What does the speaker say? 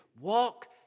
walk